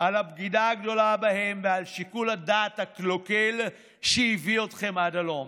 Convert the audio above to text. על הבגידה הגדולה בהם ועל שיקול הדעת הקלוקל שהביא אתכם על הלום.